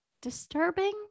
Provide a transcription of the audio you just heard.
disturbing